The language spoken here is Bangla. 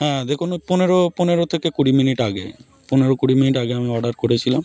হ্যাঁ দেখুন ওই পনেরো পনেরো থেকে কুড়ি মিনিট আগে পনেরো কুড়ি মিনিট আগে আমি অর্ডার করেছিলাম